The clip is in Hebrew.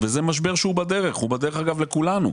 וזה משבר שהוא בדרך, הוא בדרך, אגב, לכולנו.